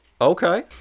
okay